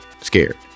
scared